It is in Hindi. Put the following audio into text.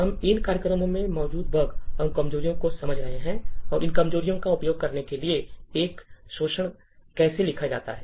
हम इन कार्यक्रमों में मौजूद बग और कमजोरियों को समझ रहे हैं और इन कमजोरियों का उपयोग करने के लिए एक शोषण कैसे लिखा जा सकता है